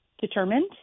determined